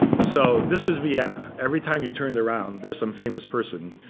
so this is vienna. every time you turned around there's some famous person.